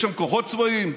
יש שם כוחות צבאיים?